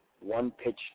one-pitch